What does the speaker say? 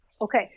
Okay